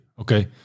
Okay